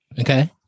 Okay